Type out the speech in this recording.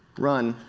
run,